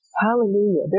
Hallelujah